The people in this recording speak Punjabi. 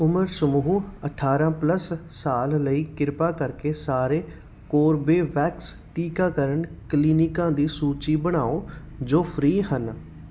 ਉਮਰ ਸਮੂਹ ਅਠਾਰਾਂ ਪਲੱਸ ਸਾਲ ਲਈ ਕਿਰਪਾ ਕਰਕੇ ਸਾਰੇ ਕੋਰਬੇਵੈਕਸ ਟੀਕਾਕਰਨ ਕਲੀਨਿਕਾਂ ਦੀ ਸੂਚੀ ਬਣਾਓ ਜੋ ਫ੍ਰੀ ਹਨ